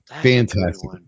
fantastic